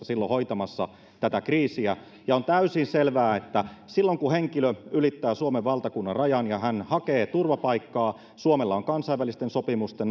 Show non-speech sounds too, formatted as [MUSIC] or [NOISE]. [UNINTELLIGIBLE] silloin kaksituhattaviisitoista hoitamassa tätä kriisiä ja on täysin selvää että silloin kun henkilö ylittää suomen valtakunnanrajan ja hän hakee turvapaikkaa suomella on kansainvälisten sopimusten [UNINTELLIGIBLE]